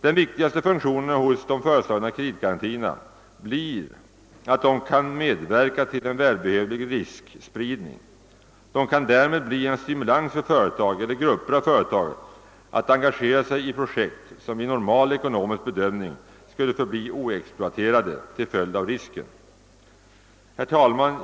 Den viktigaste funktionen hos de föreslagna kreditgarantierna blir att de kan medverka till en välbehövlig riskspridning. Därmed kan de bli en stimulans för företag eller grupper av företag att engagera sig i projekt, som vid normal ekonomisk bedömning skulle förbli oexploaterade till följd av risken. Herr talman!